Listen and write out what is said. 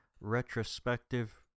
retrospective